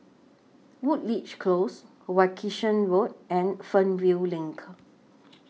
Woodleigh Close Wilkinson Road and Fernvale LINK